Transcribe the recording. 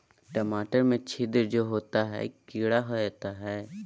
टमाटर में छिद्र जो होता है किडा होता है?